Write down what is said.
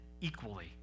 equally